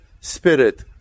spirit